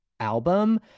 album